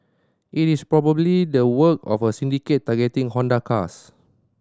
it is probably the work of a syndicate targeting Honda cars